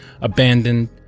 abandoned